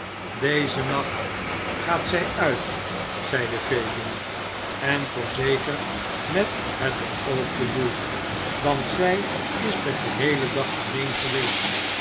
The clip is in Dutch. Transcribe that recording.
dezen nacht gaat zij uit zeide fagin en voorzeker met het beoogde doe want zij is den geheelen dag alleen geweest